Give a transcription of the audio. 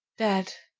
dead.